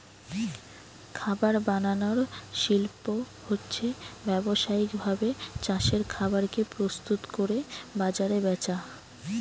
খাবার বানানার শিল্প হচ্ছে ব্যাবসায়িক ভাবে চাষের খাবার কে প্রস্তুত কোরে বাজারে বেচা